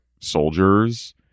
soldiers